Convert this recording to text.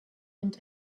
und